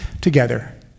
together